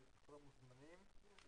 כל המוזמנים,